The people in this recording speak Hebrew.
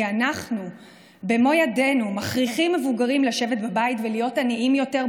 כי אנחנו במו ידינו מכריחים מבוגרים לשבת בבית ולהיות עניים יותר,